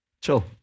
chill